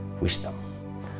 wisdom